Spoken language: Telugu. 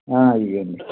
ఇవ్వండి